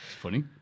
funny